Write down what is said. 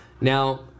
now